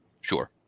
Sure